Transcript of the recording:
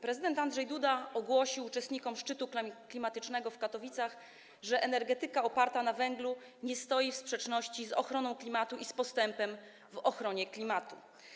Prezydent Andrzej Duda ogłosił uczestnikom szczytu klimatycznego w Katowicach, że energetyka oparta na węglu nie stoi w sprzeczności z ochroną klimatu i z postępem w ochronie klimatu.